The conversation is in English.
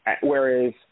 Whereas